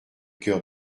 cœur